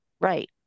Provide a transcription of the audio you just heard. right